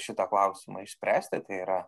šitą klausimą išspręsti tai yra